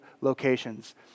locations